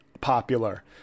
popular